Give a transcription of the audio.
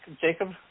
Jacob